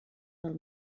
del